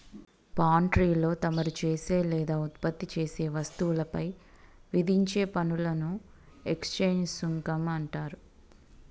పాన్ట్రీలో తమరు చేసే లేదా ఉత్పత్తి చేసే వస్తువులపై విధించే పనులను ఎక్స్చేంజ్ సుంకం అంటారు